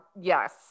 yes